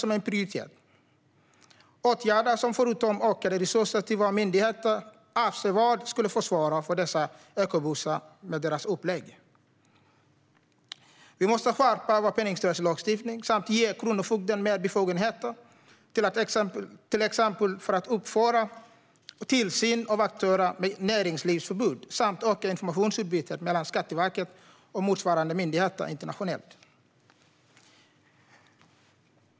Det är åtgärder som förutom att innebära ökade resurser till våra myndigheter avsevärt skulle försvåra för dessa ekobusar med deras upplägg. Vi måste skärpa penningtvättlagstiftningen, ge Kronofogden mer befogenheter att till exempel utföra tillsyn av aktörer med näringslivsförbud samt öka informationsutbytet mellan Skatteverket och motsvarande myndigheter internationellt.